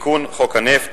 תיקון חוק הנפט.